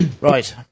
Right